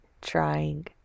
trying